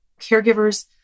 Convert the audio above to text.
Caregivers